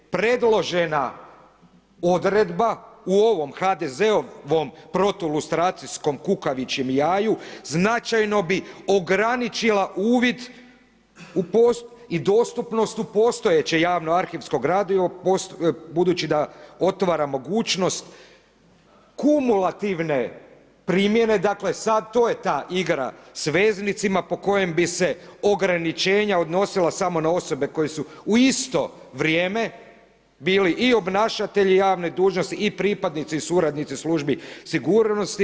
Predložena odredba u ovom HDZ-ovom protu lustracijskom kukavičjem jaju značajno bi ograničila uvodi i dostupnost u postojeće javno arhivsko gradivo, budući da otvara mogućnost kumulativne primjene, dakle sada to je ta igra s veznicima po kojem bi se ograničenja odnosila samo na osobe koje su u isto vrijeme bili i obnašatelji javne dužnosti i pripadnici suradnici službi sigurnosti.